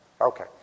okay